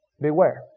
beware